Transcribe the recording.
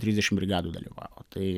trisdešim brigadų dalyvavo tai